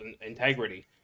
integrity